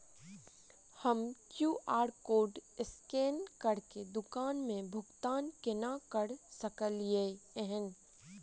हम QR code scan करके दुकान मे भुगतान केना करऽ सकलिये एहन?